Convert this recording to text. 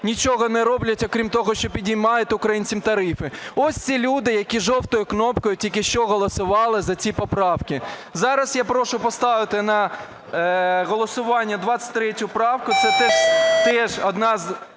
нічого не роблять, окрім того, що піднімають українцям тарифи. Ось ці люди, які жовтою кнопкою тільки що голосували за ці поправки. Зараз я прошу поставити на голосування 23 правку. Це теж одна з